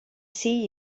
see